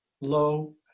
low